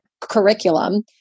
curriculum